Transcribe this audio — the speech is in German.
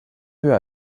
höher